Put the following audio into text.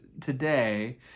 today